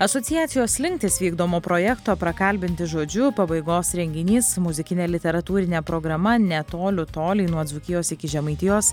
asociacijos slinktys vykdomo projekto prakalbinti žodžiu pabaigos renginys muzikinė literatūrinė programa ne tolių toliai nuo dzūkijos iki žemaitijos